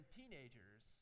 teenagers